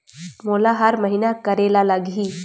मोला हर महीना करे ल लगही?